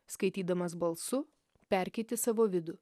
skaitydamas balsu perkeiti savo vidų